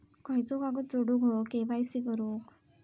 खयचो कागद जोडुक होयो के.वाय.सी करूक?